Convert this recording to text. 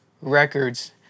Records